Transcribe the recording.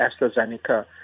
AstraZeneca